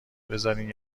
بذارین